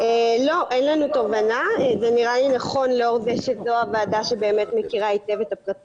בדרך כלל הממשלה לא מתערבת באיזה ועדה משהו בכנסת